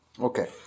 Okay